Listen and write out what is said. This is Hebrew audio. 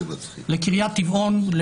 לקריית טבעון,